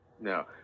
No